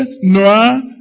Noah